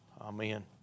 Amen